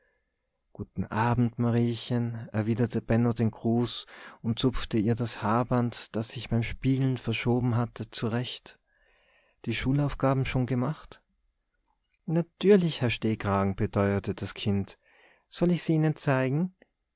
guten abend mariechen erwiderte benno den gruß und zupfte ihr das haarband das sich beim spielen verschoben hatte zurecht die schulaufgaben schon gemacht natürlich herr stehkragen beteuerte das kind soll ich sie ihnen zeigen